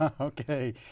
Okay